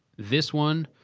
this one,